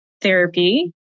therapy